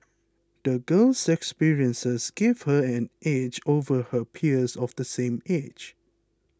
the girl's experiences gave her an edge over her peers of the same age